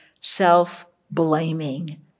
self-blaming